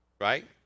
right